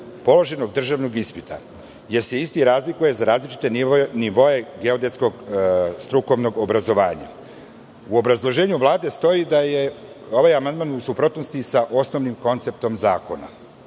položenog državnog ispita, jer se isti razlikuje za različite nivoe geodetskog strukovnog obrazovanja".U obrazloženju Vlade stoji da je ovaj amandman u suprotnosti sa osnovnim konceptom zakona,